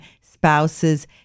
Spouses